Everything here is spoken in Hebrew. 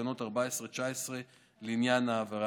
ותקנות 14 19 לעניין העבירה